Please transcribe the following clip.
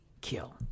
kill